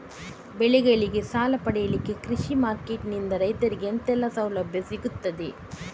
ಬೆಳೆಗಳಿಗೆ ಸಾಲ ಪಡಿಲಿಕ್ಕೆ ಕೃಷಿ ಮಾರ್ಕೆಟ್ ನಿಂದ ರೈತರಿಗೆ ಎಂತೆಲ್ಲ ಸೌಲಭ್ಯ ಸಿಗ್ತದ?